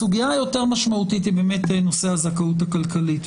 הסוגיה היותר משמעותית היא נושא הזכאות הכלכלית.